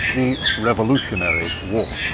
the revolutionary war.